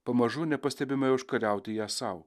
pamažu nepastebimai užkariauti jas sau